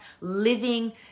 living